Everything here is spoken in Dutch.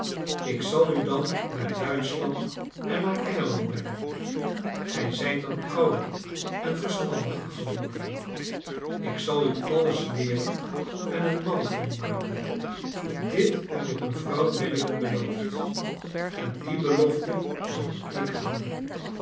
ik zal u dan naar duitschland en naar engeland brengen gij zijt dan ouder en verstandiger geworden ik zal u alles leeren en een man van u maken dit heb ik mevrouw milligan beloofd en die belofte zal ik houden